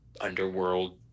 underworld